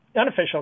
unofficial